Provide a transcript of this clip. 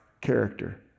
character